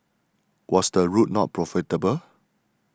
was the route not profitable